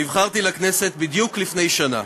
נבחרתי לכנסת בדיוק לפני שנה.